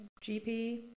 GP